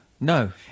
No